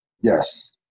Yes